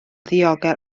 ddiogel